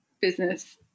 business